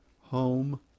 home